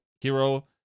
hero